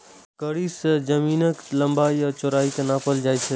कड़ी सं जमीनक लंबाइ आ चौड़ाइ कें नापल जाइ छै